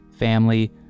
family